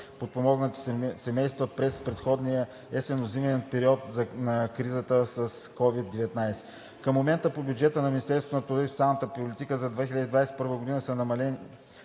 подпомогнати семейства през предходния есенно-зимен период на кризата с COVID-19. Към момента по бюджета на Министерството на труда и социалната политика за 2021 г. са намалени